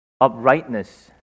uprightness